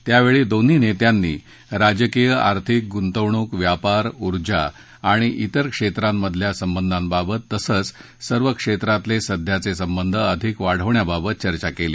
त्यावेळी दोन्ही नेत्यांनी राजकीय आर्थिक गुंतवणूक व्यापार ऊर्जा आणि तिर क्षेत्रांमधल्या संबंधांबाबत तसंच सर्व क्षेत्रातले सध्याचे संबंध अधिक वाढवण्याबाबत चर्चा केली